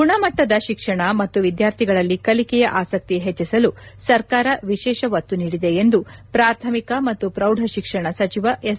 ಗುಣಮಟ್ಟದ ಶಿಕ್ಷಣ ಮತ್ತು ವಿದ್ವಾರ್ಥಿಗಳಲ್ಲಿ ಕಲಿಕೆಯ ಆಸಕ್ತಿ ಹೆಚ್ಚಿಸಲು ಸರ್ಕಾರ ವಿಶೇಷ ಒತ್ತು ನೀಡಿದೆ ಎಂದು ಪ್ರಾಥಮಿಕ ಮತ್ತು ಪೌಢಶಿಕ್ಷಣ ಸಚಿವ ಎಸ್